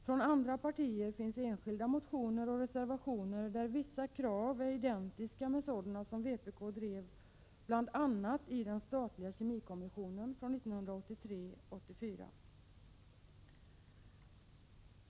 Från andra partier finns enskilda motioner där vissa krav är identiska med sådana som vpk drev bl.a. i den statliga kemikommissionen 1983-1984.